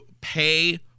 pay